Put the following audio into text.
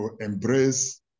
embrace